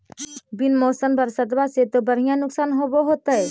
बिन मौसम बरसतबा से तो बढ़िया नुक्सान होब होतै?